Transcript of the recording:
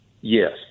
Yes